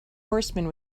horsemen